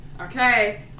Okay